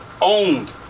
owned